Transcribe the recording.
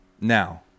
Now